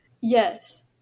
Yes